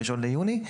1 ביוני.